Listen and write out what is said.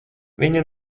viņa